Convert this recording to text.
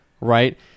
right